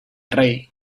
rey